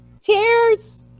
tears